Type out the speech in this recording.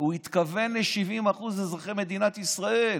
הוא התכוון ל-70% מאזרחי מדינת ישראל.